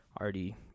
already